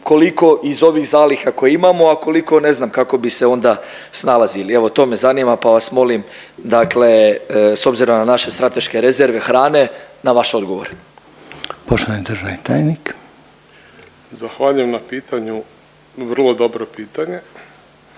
koliko iz ovih zaliha koje imamo, a koliko ne znam kako bi se onda snalazili? Evo to me zanima pa vas molim dakle s obzirom na naše strateške rezerve hrane, na vaš odgovor. **Reiner, Željko (HDZ)** Poštovani državni tajnik. **Špehar, Vedran** Zahvaljujem na pitanju, vrlo dobro pitanje.